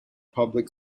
public